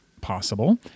possible